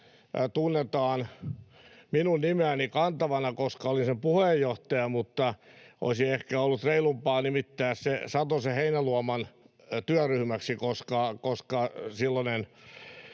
tunnetaan minun nimeäni kantavana, koska olin sen puheenjohtaja, mutta olisi ehkä ollut reilumpaa nimittää se Satosen—Heinäluoman työryhmäksi, koska silloinen